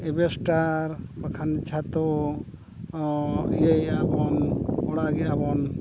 asbestos ᱵᱟᱠᱷᱟᱱ ᱪᱷᱟᱛᱚ ᱤᱭᱟᱹᱭᱮᱭᱟ ᱵᱚᱱ ᱚᱲᱟᱜᱮᱫᱟ ᱵᱚᱱ